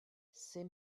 ses